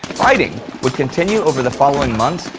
fighting would continue over the following months,